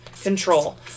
control